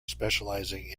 specializing